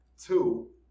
Two